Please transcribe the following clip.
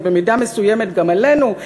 ובמידה מסוימת גם עלינו.